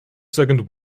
second